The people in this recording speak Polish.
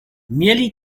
mieli